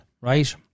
right